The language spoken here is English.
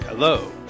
Hello